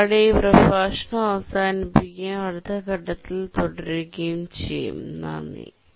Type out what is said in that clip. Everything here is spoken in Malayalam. ഇതോടെ ഈ പ്രഭാഷണം അവസാനിപ്പിക്കുകയും അടുത്ത ഘട്ടത്തിൽ തുടരുകയും ചെയ്യും നന്ദി